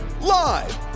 Live